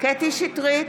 קטי קטרין שטרית,